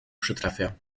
przytrafia